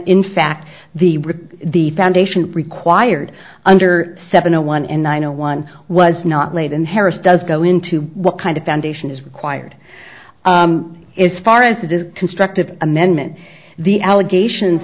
in fact the the foundation required under seven zero one and i know one was not late and harris does go into what kind of foundation is required is far as it is constructive amendment the allegations